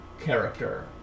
character